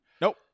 Nope